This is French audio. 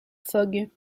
fogg